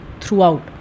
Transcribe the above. throughout